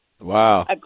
wow